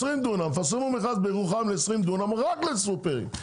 תפרסמו מכרז בירוחם ל-20 דונם רק לסופרים.